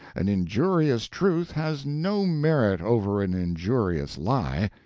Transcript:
an injurious truth has no merit over an injurious lie.